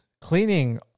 cleaning